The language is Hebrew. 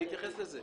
אני אתייחס לזה.